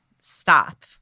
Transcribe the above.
stop